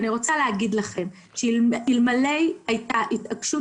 ואני רוצה להגיד לכם שאלמלא הייתה התעקשות